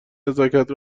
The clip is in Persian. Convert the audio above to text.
نزاکت